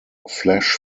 flash